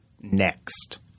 next